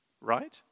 right